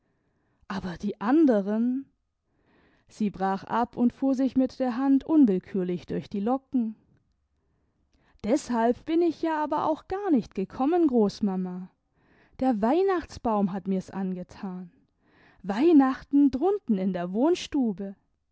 aber die anderen sie brach ab und fuhr sich mit der hand unwillkürlich durch die locken deshalb bin ich ja aber auch gar nicht gekommen großmama der weihnachtsbaum hat mir's angethan weihnachten drunten in der wohnstube